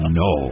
no